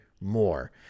more